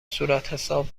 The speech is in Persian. صورتحساب